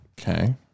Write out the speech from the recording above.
Okay